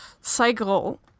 cycle